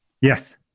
Yes